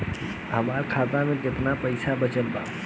हमरा खाता मे केतना पईसा बचल बा?